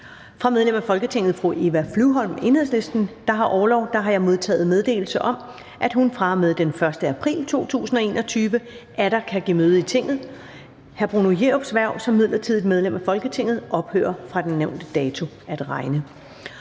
Fra medlem af Folketinget Eva Flyvholm (EL), der har orlov, har jeg modtaget meddelelse om, at hun fra og med den 1. april 2021 atter kan give møde i Tinget. Bruno Jerups hverv som midlertidigt medlem af Folketinget ophører fra nævnte dato at regne.